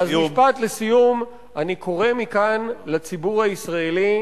אז משפט לסיום: אני קורא מכאן לציבור הישראלי